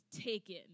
taken